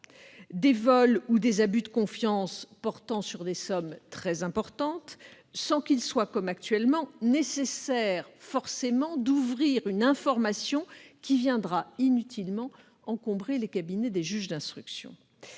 des vols ou des abus de confiance portant sur des sommes très importantes, sans qu'il soit comme actuellement nécessaire d'ouvrir une information qui inutilement encombrera les cabinets des juges d'instruction.